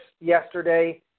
yesterday